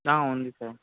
ఆ ఉంది సార్